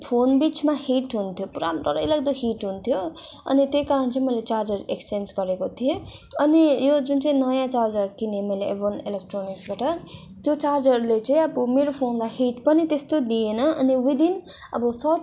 phone बिचमा heat हुन्थ्यो पुरा डरैलाग्दो हिट हुन्थ्यो अनि त्यही कारण चाहिँ मैले चार्जर एक्सचेन्ज गरेको थिएँ अनि यो जुन चाहिँ नयाँ चार्जर किनेँ मैले एभोन एलोकट्रोनिक्सबाट त्यो चार्जरले चाहिँ अब मेरो फोनलाई हिट पनि त्यस्तो दिएन अनि विदिन अब सर्ट